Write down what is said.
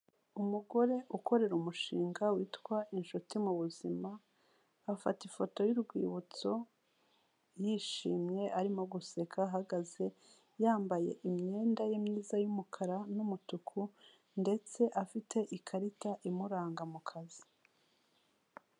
Umugore ukorera umushinga witwa inshuti mu buzima, afata ifoto y'urwibutso yishimye arimo guseka ahagaze, yambaye imyenda ye myiza y'umukara n'umutuku ndetse afite ikarita imuranga mu kazi.